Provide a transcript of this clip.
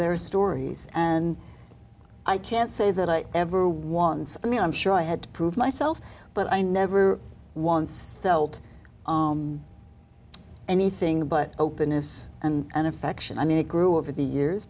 their stories and i can't say that i ever wants i mean i'm sure i had to prove myself but i never once felt anything but openness and affection i mean it grew over the years